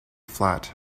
flat